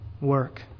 work